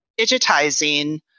digitizing